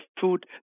food